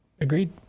Agreed